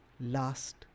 last